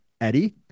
Eddie